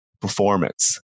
performance